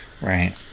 Right